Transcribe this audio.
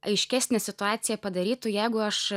aiškesnė situacija padarytų jeigu aš